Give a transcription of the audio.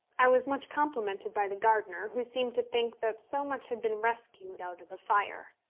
i was much complimented by the gardener, who seemed to think that so much had been rescued out of the fire.